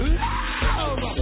love